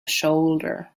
shoulder